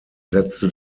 setzte